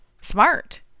smart